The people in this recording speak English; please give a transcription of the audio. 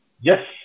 Yes